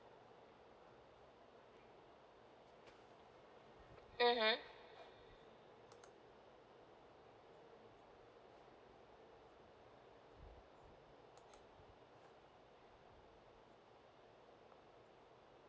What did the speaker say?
mmhmm